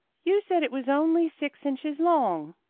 you said it was only six inches long.